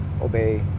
obey